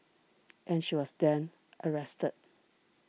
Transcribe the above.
and she was then arrested